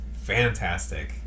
fantastic